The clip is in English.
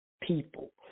people